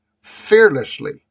Fearlessly